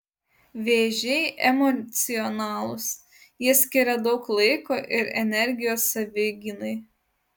vėžiai emocionalūs jie skiria daug laiko ir energijos savigynai